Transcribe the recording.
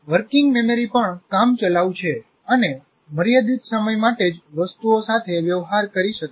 working સ્મૃતિ પણ કામચલાઉ છે અને મર્યાદિત સમય માટે જ વસ્તુઓ સાથે વ્યવહાર કરી શકે છે